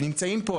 נמצאים פה,